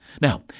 Now